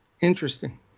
Interesting